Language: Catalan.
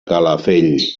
calafell